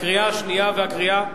קריאה השנייה וקריאה השלישית.